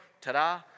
Ta-da